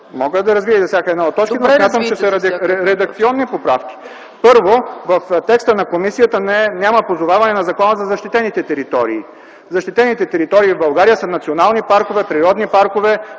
Мога да го развия и за всяка една от точките, но смятам, че са редакционни поправки. Първо, в текста на комисията няма позоваване на Закона за защитените територии. Защитените територии в България са национални паркове, природни паркове,